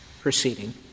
proceeding